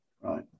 Right